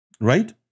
Right